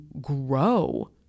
grow